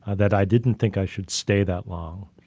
ah that i didn't think i should stay that long,